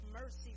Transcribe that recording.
mercy